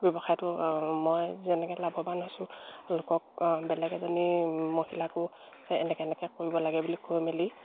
ব্যৱসায়টো মই যেনেকে লাভৱান হৈছোঁ লোকক বেলেগ এজনী মহিলাকো এনেকে এনেকে কৰিব লাগে বুলি কৈ মেলি